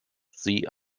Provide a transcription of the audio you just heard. sie